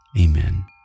Amen